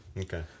Okay